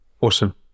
Awesome